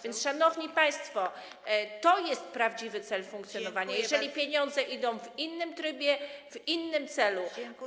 Więc, szanowni państwo, to jest prawdziwy cel funkcjonowania, jeżeli pieniądze idą w innym trybie, w innym celu.